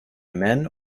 men